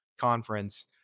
conference